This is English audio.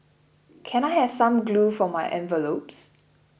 can I have some glue for my envelopes